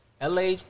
LA